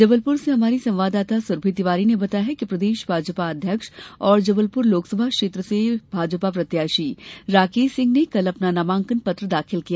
जबलप्र से हमारे संवाददाता सुरभि तिवारी ने बताया है कि प्रदेश भाजपा अध्यक्ष और जबलपुर लोकसभा क्षेत्र से भाजपा प्रत्याशी राकेश सिंह ने कल अपना नामांकन दाखिल किया